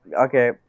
okay